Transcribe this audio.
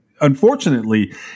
unfortunately